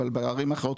אבל בערים אחרות,